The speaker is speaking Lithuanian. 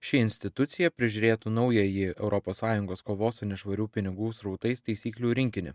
ši institucija prižiūrėtų naująjį europos sąjungos kovos su nešvarių pinigų srautais taisyklių rinkinį